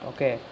Okay